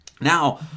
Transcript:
Now